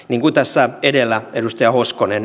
niinkuin tässä edellä edustaja hoskonen